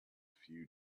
few